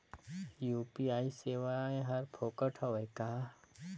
UPI सेवाएं हर फोकट हवय का?